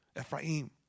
Ephraim